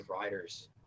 riders